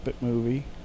movie